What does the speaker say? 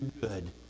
good